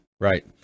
Right